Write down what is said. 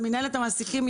במינהלת המעסיקים,